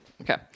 Okay